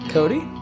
Cody